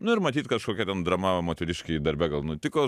nu ir matyt kažkokia ten drama moteriškei darbe gal nutiko